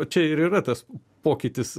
čia ir yra tas pokytis